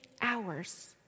hours